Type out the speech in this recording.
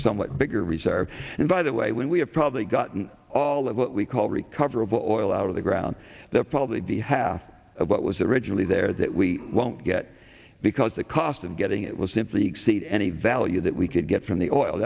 somewhat bigger reserves and by the way when we have probably gotten all of what we call recoverable oil out of the ground that probably be half of what was originally there that we won't get because the cost of getting it will simply exceed any value that we could get from the oil